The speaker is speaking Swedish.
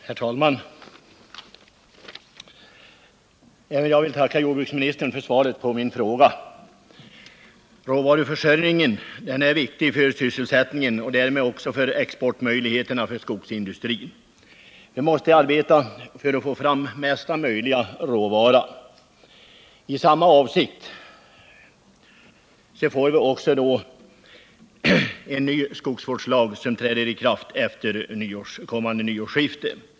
Herr talman! Även jag vill tacka jordbruksministern för svaret. Råvaruförsörjningen är viktig för sysselsättningen och därmed också för skogsindustrins exportmöjligheter. Vi måste arbeta för högsta möjliga tillförsel av råvara. I samma avsikt får vi också en ny skogsvårdslag som träder i kraft vid kommande årsskifte.